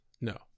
No